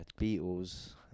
Beatles